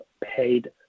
paid